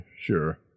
sure